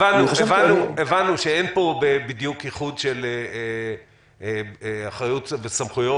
הבנו שאין פה בדיוק ייחוד של אחריות וסמכויות